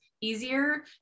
easier